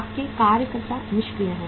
आपके कार्यकर्ता निष्क्रिय हैं